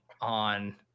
on